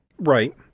Right